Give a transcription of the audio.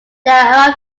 their